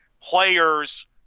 players